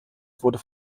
wurde